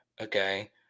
Okay